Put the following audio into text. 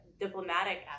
diplomatic